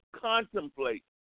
contemplate